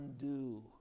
undo